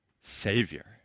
Savior